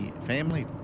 family